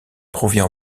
provient